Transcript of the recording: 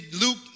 Luke